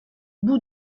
bout